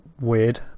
weird